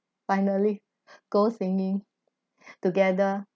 finally go singing together